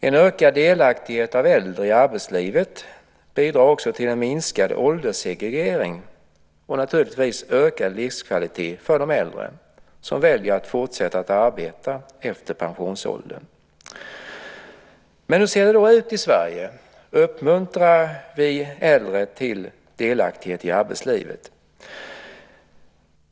En ökad delaktighet av äldre i arbetslivet bidrar också till en minskad ålderssegregering, och naturligtvis ökar det också livskvaliteten för de äldre som väljer att fortsätta att arbeta efter pensionsåldern. Men hur ser det då ut i Sverige? Uppmuntrar vi äldre till delaktighet i arbetslivet?